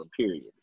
period